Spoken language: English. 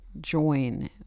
join